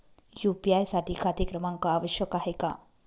UPI साठी खाते क्रमांक आवश्यक आहे का?